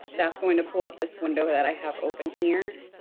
that's going to pull up this window that i have open here.